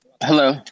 Hello